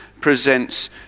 presents